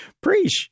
Preach